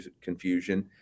confusion